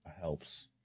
helps